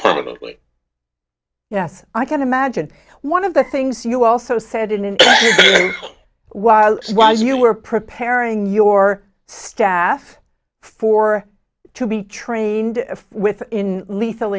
permanently yes i can imagine one of the things you also said in a while was you were preparing your staff for to be trained with lethal